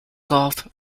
golf